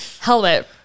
helmet